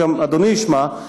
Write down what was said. שגם אדוני ישמע,